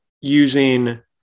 using